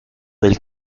del